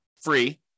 free